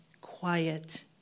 quiet